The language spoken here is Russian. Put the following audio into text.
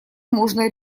можно